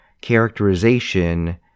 characterization